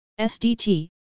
SDT